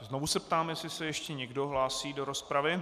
Znovu se ptám, jestli se ještě někdo hlásí do rozpravy.